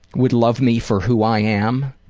would love me for who i am,